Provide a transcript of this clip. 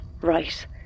right